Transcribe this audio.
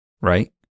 right